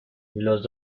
los